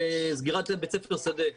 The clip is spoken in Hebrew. סגירת בית ספר "שדה".